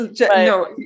no